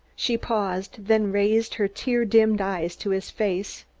she paused, then raised her tear-dimmed eyes to his face.